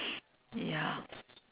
ya